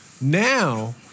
now